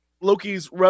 Loki's